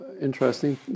interesting